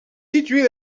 située